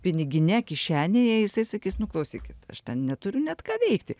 pinigine kišenėje jisai sakys nu klausykit aš neturiu net ką veikti